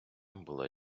була